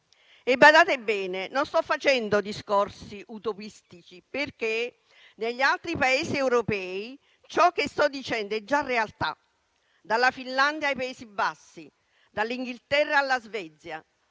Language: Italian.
Badate bene: non sto facendo discorsi utopistici, perché negli altri Paesi europei ciò che sto dicendo è già realtà: dalla Finlandia ai Paesi Bassi, dall'Inghilterra alla Svezia,